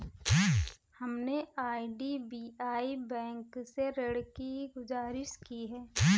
हमने IDBI bank से ऋण की गुजारिश की है